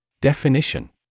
Definition